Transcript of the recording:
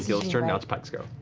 keyleth's turn. now it's pike's go.